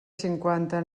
cinquanta